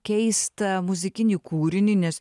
keistą muzikinį kūrinį nes